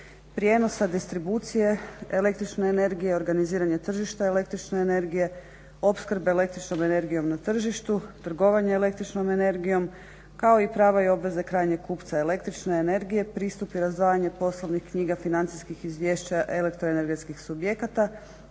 prijenosa, distribucije, električne energije, organiziranja tržišta električne energije, opskrbe električnom energijom na tržištu, trgovanje električnom energijom, kao i prava i obveze krajnjeg kupca električne energije, pristup i razdvajanje poslovnih knjiga, financijskih izvješća elektroenergetskih subjekata,